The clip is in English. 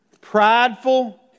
prideful